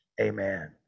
amen